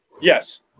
Yes